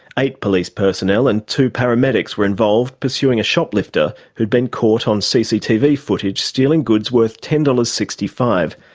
eight police personnel and two paramedics were involved, pursuing a shoplifter who'd been caught on cctv footage stealing goods worth ten dollars. sixty five.